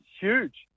huge